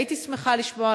הייתי שמחה לשמוע,